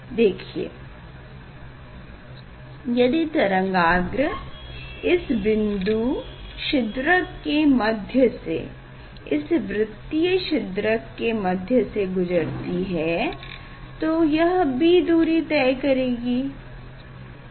देखिए यदि तरंगाग्र इस बिन्दु छिद्रक के मध्य से इस वृत्तीय छिद्रक के मध्य से गुजरती है तो यह b दूरी तय करेगी